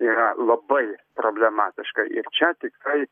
yra labai problematiška ir čia tikrai